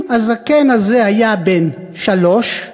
אם הזקן הזה היה בן שלוש,